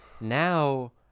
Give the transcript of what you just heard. now